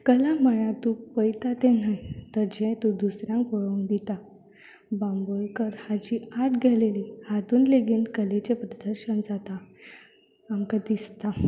कला म्हणल्यार तूं पळता तें न्हय तर जें तूं दुसऱ्यांक पळोवंक दिता बांबोळकार हांची आर्ट गॅलरी हातूंत लेगीत कलेचें प्रदर्शन जाता आमकां दिसता